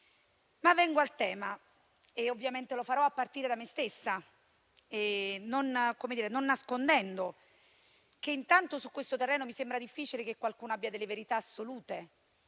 Vengo al tema e lo farò a partire da me stessa, non nascondendo che intanto, su questo terreno, mi sembra difficile che qualcuno abbia delle verità assolute